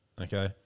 Okay